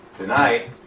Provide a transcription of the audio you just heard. Tonight